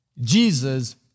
Jesus